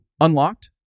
unlocked